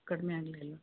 ಕಡಿಮೆ ಆಗಲಿಲ್ಲ